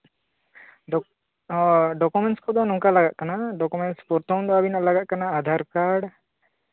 ᱫᱚ ᱰᱚᱠᱳᱢᱮᱱᱴᱥ ᱠᱚᱫᱚ ᱱᱚᱝᱠᱟ ᱞᱟᱜᱟᱜ ᱠᱟᱱᱟ ᱰᱚᱠᱳᱢᱮᱱᱴᱥ ᱯᱨᱚᱛᱷᱚᱢ ᱫᱚ ᱟᱹᱵᱤᱱᱟᱜ ᱞᱟᱜᱟᱜ ᱠᱟᱱᱟ ᱟᱫᱷᱟᱨ ᱠᱟᱨᱰ